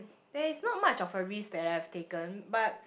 there is not much of a risk that I've taken but